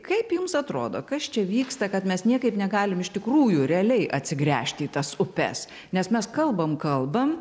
kaip jums atrodo kas čia vyksta kad mes niekaip negalim iš tikrųjų realiai atsigręžti į tas upes nes mes kalbam kalbam